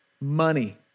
Money